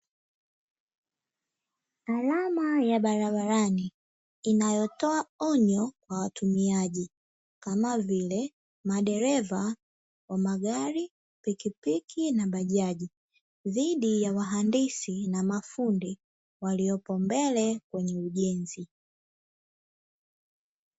Alama ya barabarani inayotoa onyo kwa watumiaji kama vile, madereva wa magari, pikipiki na bajaji dhidi ya wahandisi na mafundi walioko mbele kwenye ujenzi.